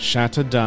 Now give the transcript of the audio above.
Shattered